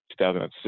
2006